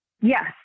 Yes